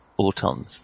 autons